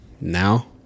Now